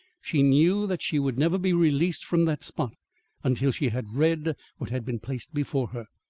she knew that she would never be released from that spot until she had read what had been placed before her.